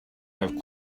have